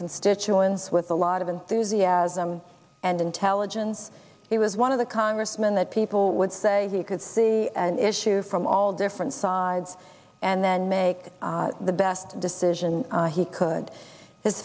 constituents with a lot of enthusiasm and intelligence he was one of the congressmen that people would say he could see an issue from all different sides and then make the best decision he could his